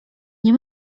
nie